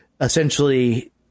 essentially